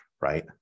right